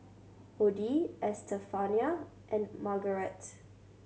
Odie Estefania and Margarette